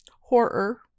Horror